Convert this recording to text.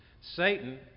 Satan